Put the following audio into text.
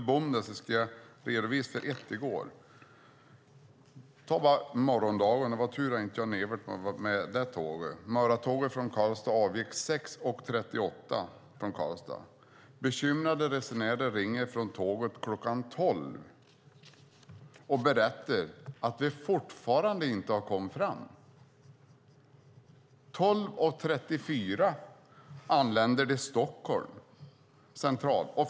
Jag ska redovisa hur det var i går. Morgontåget från Karlstad avgick 6.38. Det var tur att inte Jan-Evert var med på det tåget. Bekymrade resenärer ringer från tåget kl. 12 och berättar att de ännu inte kommit fram. Kl. 12.34 anländer de till Stockholms central.